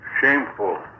shameful